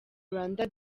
rwanda